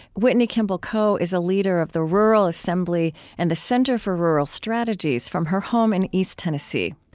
whitney kimball coe is a leader of the rural assembly and the center for rural strategies, from her home in east tennessee.